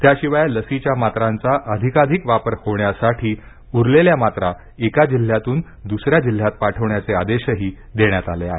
त्याशिवाय लसीच्या मात्रांचा अधिकाधिक वापर होण्यासाठी उर्वरीत मात्रा एका जिल्ह्यातून दुसऱ्या जिल्ह्यात पाठवण्याचे निर्देशही देण्यात आले आहेत